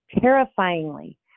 terrifyingly